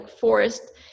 forest